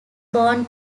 born